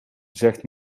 zegt